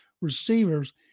receivers